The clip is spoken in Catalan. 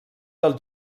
del